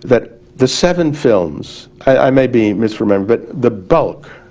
that the seven films i maybe miss remember, but the bulk,